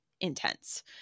intense